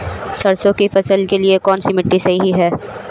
सरसों की फसल के लिए कौनसी मिट्टी सही हैं?